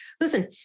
listen